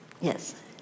Yes